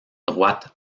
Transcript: droite